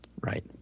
Right